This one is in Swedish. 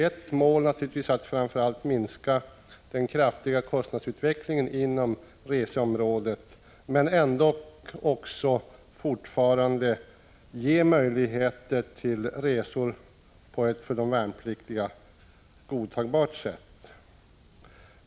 Ett måli denna översyn har självfallet varit att minska den kraftiga kostnadsutvecklingen inom reseområdet men ändå också i fortsättningen ge möjligheter till resor på ett för de värnpliktiga godtagbart sätt.